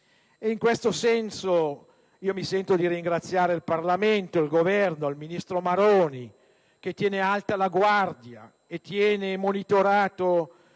In questo senso, mi sento di ringraziare il Parlamento, il Governo ed il ministro Maroni, che tiene alta la guardia e provvede a monitorare